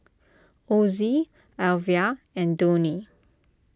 Ozzie Alvia and Donny